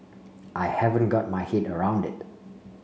I haven't got my head around it